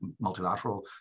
multilateral